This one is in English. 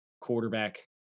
quarterback